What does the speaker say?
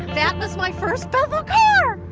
that was my first bethel car.